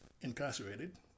incarcerated